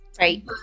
Right